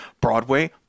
broadway